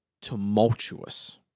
tumultuous